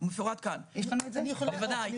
זה מפורט כאן,